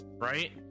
right